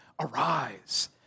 arise